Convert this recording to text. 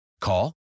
Call